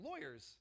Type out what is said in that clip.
lawyers